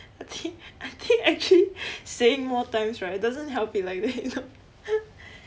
I think I think actually saying more times right doesn't help it like that you know